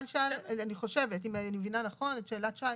אם אני מבינה נכון את השאלה.